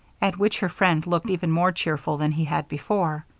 at which her friend looked even more cheerful than he had before.